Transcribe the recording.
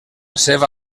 seva